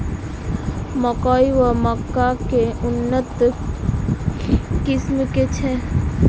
मकई वा मक्का केँ उन्नत किसिम केँ छैय?